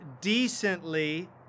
decently